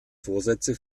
vorsätze